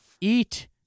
eat